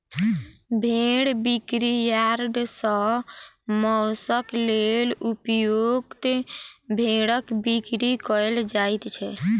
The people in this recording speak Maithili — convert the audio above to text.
भेंड़ बिक्री यार्ड सॅ मौंसक लेल उपयुक्त भेंड़क बिक्री कयल जाइत छै